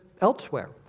elsewhere